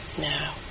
now